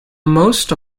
most